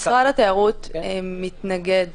משרד התיירות מתנגד